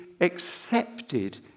accepted